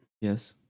Yes